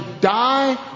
die